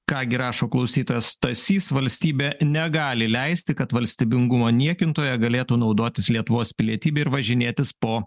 ką gi rašo klausytojas stasys valstybė negali leisti kad valstybingumo niekintoja galėtų naudotis lietuvos pilietybė ir važinėtis po